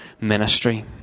ministry